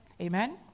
Amen